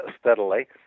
steadily